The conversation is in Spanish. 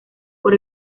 por